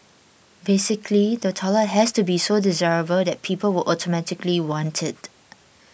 basically the toilet has to be so desirable that people would automatically want it